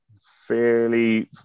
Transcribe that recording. fairly